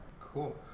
Cool